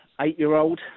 eight-year-old